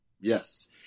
Yes